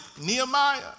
Nehemiah